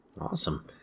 Awesome